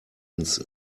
ins